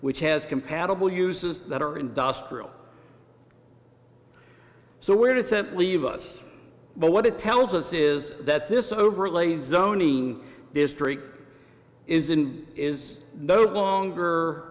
which has compatible uses that are industrial so where does that leave us but what it tells us is that this overlay zoning district is in is no longer